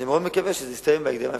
אני מאוד מקווה שזה יסתיים בהקדם האפשרי.